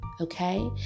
Okay